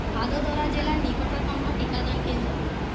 ভাদোদরা জেলার নিকটতম টিকাদান কেন্দ্র কোনটি